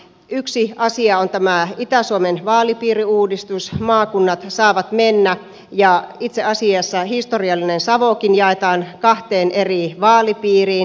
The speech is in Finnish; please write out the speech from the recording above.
yksi asia on tämä itä suomen vaalipiiriuudistus maakunnat saavat mennä ja itse asiassa historiallinen savokin jaetaan kahteen eri vaalipiiriin